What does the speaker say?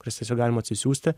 kurias tiesiog galima atsisiųsti